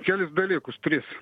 kelis dalykus tris